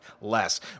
less